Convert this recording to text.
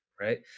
Right